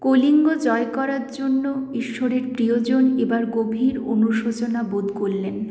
কলিঙ্গ জয় করার জন্য ঈশ্বরের প্রিয়জন এবার গভীর অনুশোচনা বোধ করলেন